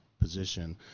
position